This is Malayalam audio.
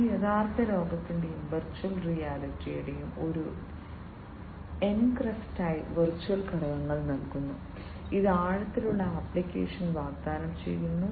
ഇത് യഥാർത്ഥ ലോകത്തിന്റെയും വെർച്വൽ റിയാലിറ്റിയുടെയും ഒരു എൻക്രസ്റ്റായി വെർച്വൽ ഘടകങ്ങൾ നൽകുന്നു ഇത് ആഴത്തിലുള്ള ആപ്ലിക്കേഷൻ വാഗ്ദാനം ചെയ്യുന്നു